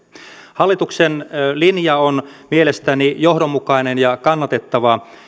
hallituksen linja on mielestäni johdonmukainen ja kannatettava